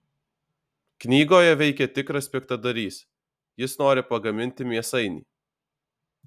knygoje veikia tikras piktadarys jis nori pagaminti mėsainį